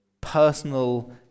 personal